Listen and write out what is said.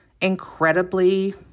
incredibly